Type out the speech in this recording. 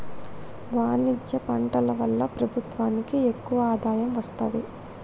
వాణిజ్య పంటల వల్ల ప్రభుత్వానికి ఎక్కువ ఆదాయం వస్తది